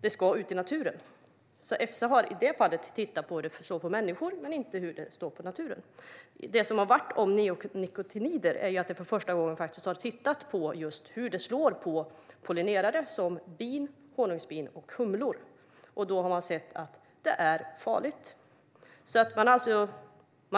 Det ska också ut i naturen, så Efsa har i det fallet tittat på hur det slår mot människor men inte hur det slår mot naturen. Det som skett med neonikotinoider är att man för första gången har tittat på hur de slår mot pollinerare som bin, honungsbin och humlor och då sett att de är farliga. Man har alltså